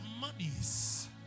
monies